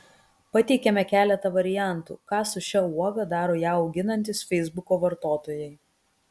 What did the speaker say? pateikiame keletą variantų ką su šia uoga daro ją auginantys feisbuko vartotojai